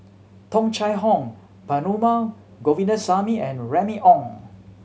Tung Chye Hong Perumal Govindaswamy and Remy Ong